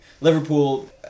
Liverpool